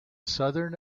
southern